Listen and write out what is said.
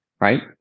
right